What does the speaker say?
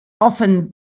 often